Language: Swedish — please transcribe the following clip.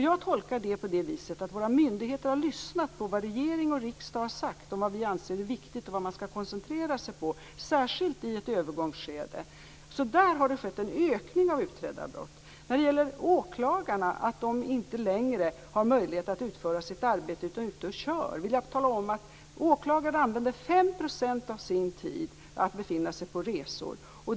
Jag tolkar det så att våra myndigheter har lyssnat på vad regering och riksdag har sagt om vad vi anser är viktigt och vad man skall koncentrera sig på, särskilt i ett övergångsskede. Där har det alltså skett en ökning av utredda brott. När det gäller åklagarna och att de inte längre skulle ha möjlighet att utföra sitt arbete, utan är ute och kör, vill jag tala om att åklagarna använder 5 % av sin tid till att befinna sig på resor.